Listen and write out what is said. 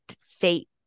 fate